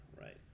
right